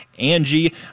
Angie